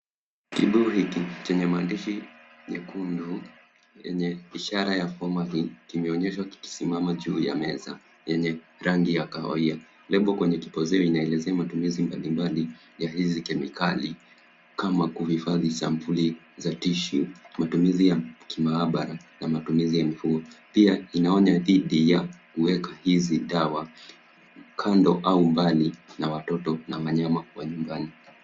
Kibuyu hiki chenye maadishi nyekundu yenye ishara ya Formalin kimeonyeshwa kikisimama juu ya meza yenye rangi ya kahawia label kwenye kipozeo inaelezea matumizi mbalimbali ya hizi kemikali kama kuhifadhi sapuli za tissue matumizi ya kimaabara na matumizi ya mifugo, pia inaonya dhidi ya kuweka hizi dawa kando au mbali na watoto na wanyama wa nyumbani.